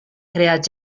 creat